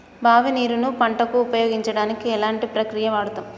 బావి నీరు ను పంట కు ఉపయోగించడానికి ఎలాంటి ప్రక్రియ వాడుతం?